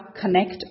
connect